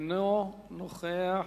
אינו נוכח,